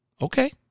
Okay